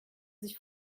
sich